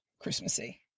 Christmassy